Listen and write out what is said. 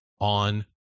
on